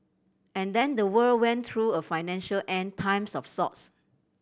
and then the world went through a financial End Times of sorts